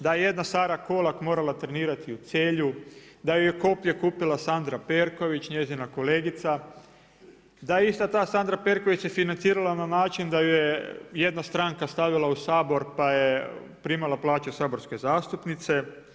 Da je jedna Sara Kolak morala trenirati u Celju, da joj je koplje kupila Sandra Perković, njezina kolegica, da je ista ta Sandra Perković financirana na način da ju je jedna stranka stavila u Sabor pa je primala plaću saborske zastupnice.